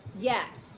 Yes